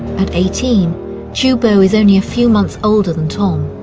at eighteen qiu bo is only a few months older than tom.